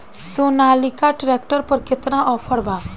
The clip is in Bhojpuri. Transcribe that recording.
सोनालीका ट्रैक्टर पर केतना ऑफर बा?